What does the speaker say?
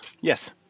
yes